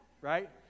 right